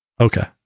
Okay